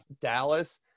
Dallas